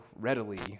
readily